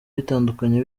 bitandukanye